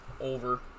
over